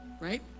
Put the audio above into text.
right